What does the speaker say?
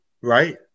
Right